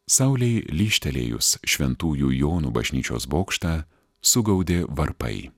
saulei lyžtelėjus šventųjų jonų bažnyčios bokštą sugaudė varpai